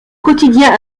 quotidien